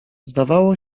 zdawało